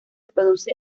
produce